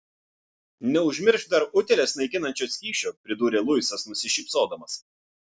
neužmiršk dar utėles naikinančio skysčio pridūrė luisas nusišypsodamas